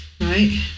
right